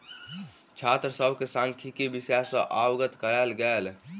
छात्र सभ के सांख्यिकी विषय सॅ अवगत करायल गेल